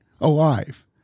alive